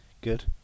Good